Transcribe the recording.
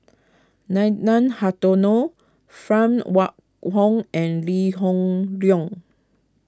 Nathan Hartono Phan Wait Hong and Lee Hoon Leong